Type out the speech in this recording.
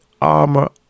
armor